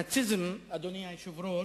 הנאציזם, אדוני היושב-ראש,